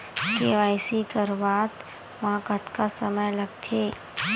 KYC करवात म कतका समय लगथे?